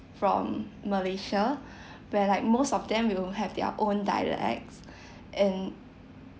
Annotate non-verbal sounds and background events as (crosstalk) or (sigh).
from malaysia (breath) where like most of them will have their own dialects (breath) and